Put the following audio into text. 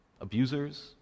Abusers